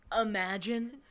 imagine